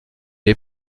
est